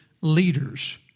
leaders